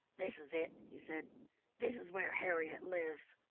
this is it, he said this is where harriett lives.